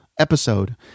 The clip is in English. episode